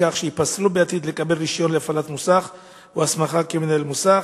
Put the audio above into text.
בכך שייפסלו בעתיד מלקבל רשיון להפעלת מוסך או הסמכה כמנהל מוסך.